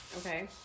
okay